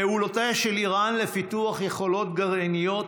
פעולותיה של איראן לפיתוח יכולות גרעיניות